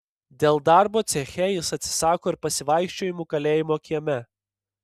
dėl darbo ceche jis atsisako ir pasivaikščiojimų kalėjimo kieme